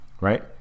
right